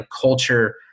culture